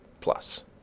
plus